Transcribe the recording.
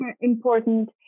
important